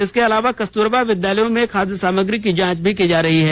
इसके अलावा कस्तूरबा विद्यालयों में खाद्य सामग्री की जांच भी की जा रही है